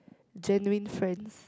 genuine friends